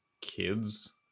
kids